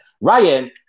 Ryan